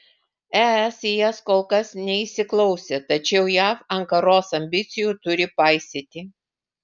es į jas kol kas neįsiklausė tačiau jav ankaros ambicijų turi paisyti